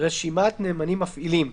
"רשימת נאמנים מפעילים"